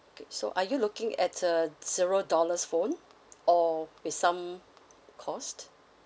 okay so are you looking at the zero dollars phone or with some cost